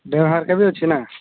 dam ହରିକା ବି ଅଛି ନା